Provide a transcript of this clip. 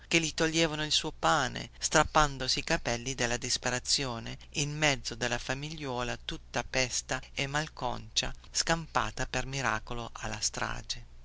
che gli toglievano il suo pane strappandosi i capelli dalla disperazione in mezzo alla famigliuola tutta pesta e malconcia scampata per miracolo alla strage